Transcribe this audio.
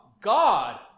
God